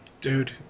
dude